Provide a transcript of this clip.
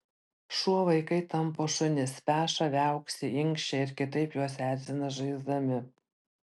šuo vaikai tampo šunis peša viauksi inkščia ir kitaip juos erzina žaisdami